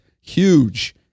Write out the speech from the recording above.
Huge